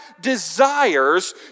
desires